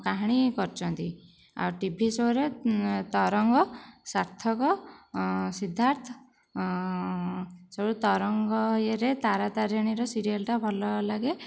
କାହାଣୀ କରିଛନ୍ତି ଆଉ ଟିଭି ସୋରେ ତରଙ୍ଗ ସାର୍ଥକ ସିଦ୍ଧାର୍ଥ ସେ ତରଙ୍ଗ ଇଏରେ ତାରା ତାରିଣୀର ସିରିଏଲ୍ଟା ଭଲ ଲାଗେ